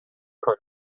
کنم